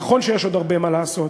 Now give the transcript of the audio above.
ונכון שיש עוד הרבה מה לעשות,